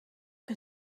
que